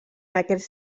aquests